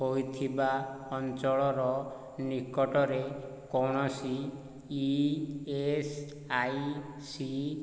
ହୋଇଥିବା ଅଞ୍ଚଳର ନିକଟରେ କୌଣସି ଇ ଏସ୍ ଆଇ ସି